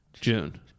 June